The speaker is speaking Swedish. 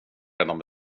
redan